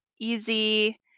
easy